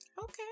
Okay